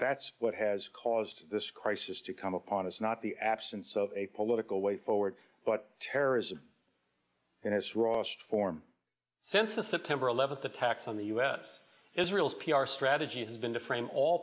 that's what has caused this crisis to come upon us not the absence of a political way forward but terrorism and as frost form since the september eleventh attacks on the u s israel's p r strategy has been to frame all